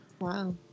Wow